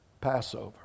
Passover